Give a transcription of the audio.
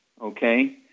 okay